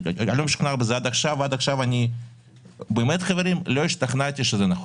עד עכשיו לא השתכנעתי שזה נחוץ.